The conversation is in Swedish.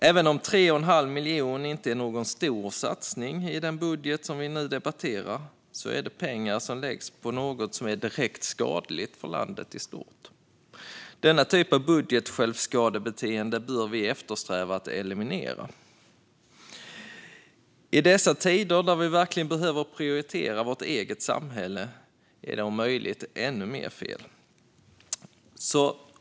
Även om 3 1⁄2 miljon inte är någon stor satsning i den budget som vi nu debatterar är det pengar som läggs på något som är direkt skadligt för landet i stort. Denna typ av budgetsjälvskadebeteende bör vi eftersträva att eliminera. I dessa tider, då vi verkligen behöver prioritera vårt eget samhälle, är det om möjligt ännu mer fel. Fru talman!